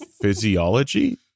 Physiology